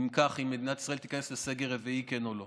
אם מדינת ישראל תיכנס לסגר רביעי, כן או לא.